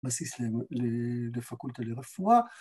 ‫בסיס לפקולטה לרפואה.